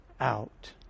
out